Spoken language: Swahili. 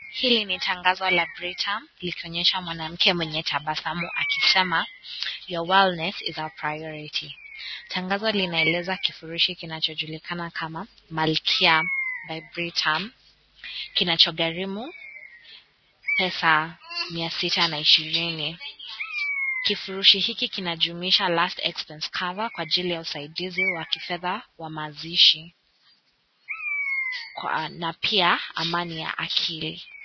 Hili ni tangazo la BRITAM likionyesha mwanamke mwenye tabasamu akisema your wellness is our priority , tangazo linaeleza kifurishi kinachojulikana kama malkia by Britam kinacho gharimu pesa mia sita na ishirini ,kifurishi hiki kinajumuisha last expense cover kwa ajili ya usaidizi wa kifedha wa mazishi na kwa pia amani ya akili.